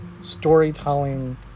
storytelling